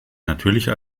natürlicher